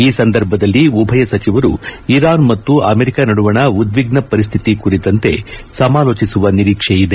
ಈ ಸಂದರ್ಭದಲ್ಲಿ ಉಭಯ ಸಚಿವರು ಇರಾನ್ ಮತ್ತು ಅಮೆರಿಕ ನಡುವಣ ಉದ್ವಿಗ್ನ ಪರಿಸ್ವಿತಿ ಕುರಿತಂತೆ ಸಮಾಲೋಚಿಸುವ ನಿರೀಕ್ಷೆ ಇದೆ